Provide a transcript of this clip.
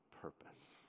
purpose